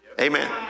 Amen